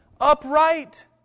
upright